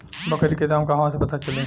बकरी के दाम कहवा से पता चली?